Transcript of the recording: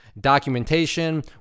documentation